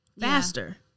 Faster